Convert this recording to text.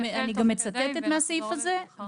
יחד עם היועצת של משרד הבריאות ומשרד